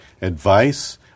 advice